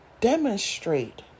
demonstrate